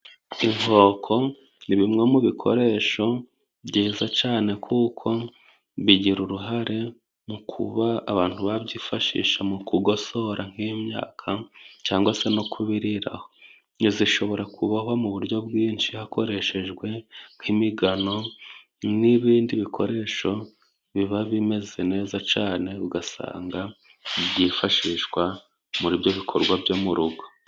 Inkoko ni bimwe mu bikoresho byiza cyane kuko bigira uruhare mu kuba abantu babyifashisha mu kugosora nk'imyaka, cyangwa se no kubiriho. Zishobora kubohwa mu buryo bwinshi hakoreshejwe nk'imigano, n'ibindi bikoresho biba bimeze neza cyane, ugasanga byifashishwa muri byo bikorwa byo mu rugo.